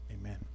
amen